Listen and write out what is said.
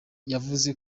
yavuze